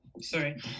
Sorry